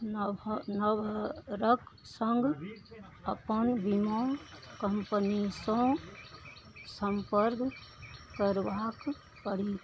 नओ नम्बरक संग अपन बीमा कम्पनीसँ सम्पर्क करबाक परी